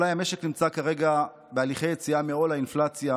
אולי המשק נמצא כרגע בהליכי יציאה מעול האינפלציה,